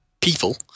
people